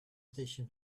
station